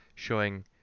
Showing